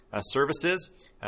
services